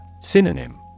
Synonym